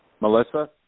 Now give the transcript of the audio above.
Melissa